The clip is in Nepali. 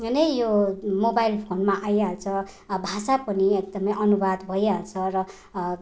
नै यो मोबाइल फोनमा आइहाल्छ अब भाषा पनि एकदमै अनुवाद भइहाल्छ र